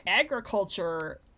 agriculture